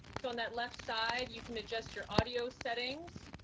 so on that left side, you can adjust your audio settings.